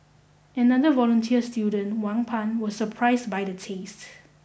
another volunteer student Wang Pan was surprised by the tastes